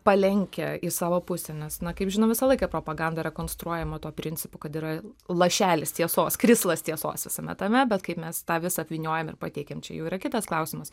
palenkia į savo pusę nes na kaip žinom visą laiką propaganda rekonstruojama tuo principu kad yra lašelis tiesos krislas tiesos visame tame bet kaip mes tą visą apvyniojam ir pateikiam čia jau yra kitas klausimas